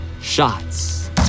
shots